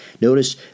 Notice